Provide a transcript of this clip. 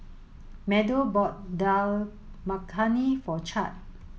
Meadow bought Dal Makhani for Chadd